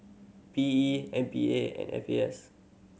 P E M P A and F A S